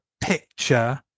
picture